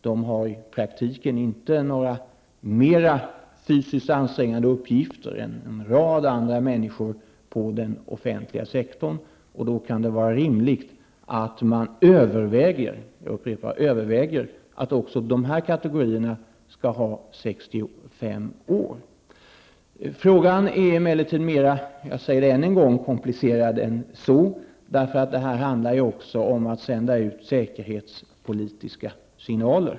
De har i praktiken inga mer fysiskt ansträngande uppgifter än en rad andra människor inom den offentliga sektorn. Det kan därför vara rimligt att man överväger att också dessa kategorier skall ha 65 år. Frågan är dock -- jag säger det än en gång -- mera komplicerad än så. Det handlar också om att sända ut säkerhetspolitiska signaler.